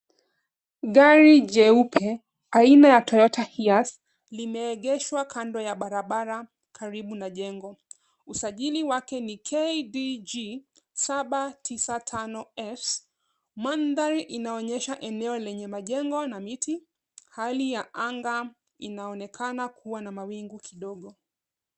Gari jeupe aina ya Toyota HIAS limeegeshwa kando ya barabara karibu na jengo. Usajili wake ni KDG 795S. Mandhari inaonyesha eneo lenye majengo na miti. Hali ya anga inaonekana kuwa na mawingu kidogo.